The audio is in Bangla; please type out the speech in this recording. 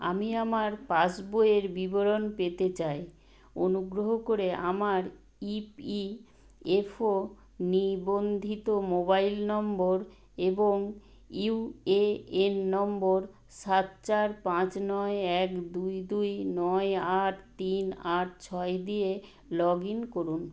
আমি আমার পাস বইয়ের বিবরণ পেতে চাই অনুগ্রহ করে আমার ই পি এফ ও নিবন্ধিত মোবাইল নম্বর এবং ইউ এ এন নম্বর সাত চার পাঁচ নয় এক দুই দুই নয় আট তিন আট ছয় দিয়ে লগ ইন করুন